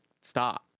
stop